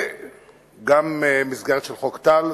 ויש גם מסגרת של חוק טל,